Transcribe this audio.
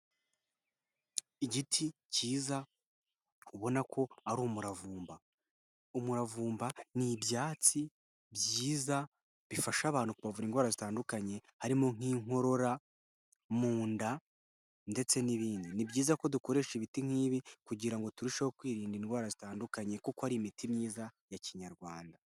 Igiti cyiza ubona ko ari umuravumba. Umuravumba n'ibyatsi byiza bifasha abantu kubavura indwara zitandukanye harimo nk'inkorora, mu nda ndetse n'ibindi. Ni byiza ko dukoresha ibiti nk'ibi kugira turusheho kwirinda indwara zitandukanye kuko ari imiti myiza ya kinyarwanda.